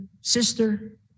sister